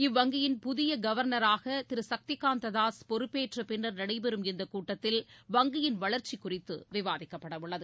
இவ்வங்கியின் புதிய கவர்னராக திரு சக்திகாந்த தாஸ் பொறுப்பேற்ற பின்னர் நடைபெறும் இந்த கூட்டத்தில் வங்கியின் வளர்ச்சி குறித்து விவாதிக்கப்படவுள்ளது